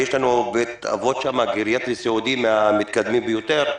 ויש לנו שם בית אבות גריאטרי סיעודי מהמתקדמים ביותר,